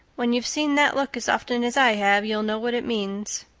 when you've seen that look as often as i have you'll know what it means.